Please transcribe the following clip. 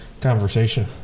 conversation